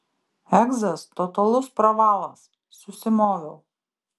egzas totalus pravalas susimoviau